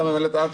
את פה.